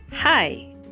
Hi